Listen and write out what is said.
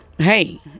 Hey